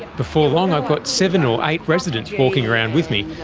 before long i've got seven or eight residents walking around with me,